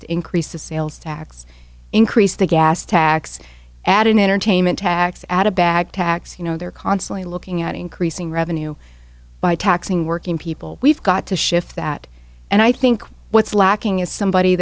to increase the sales tax increase the gas tax add an entertainment tax add a bag tax you know they're constantly looking at increasing revenue by taxing working people we've got to shift that and i think what's lacking is somebody